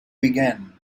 began